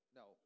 no